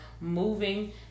moving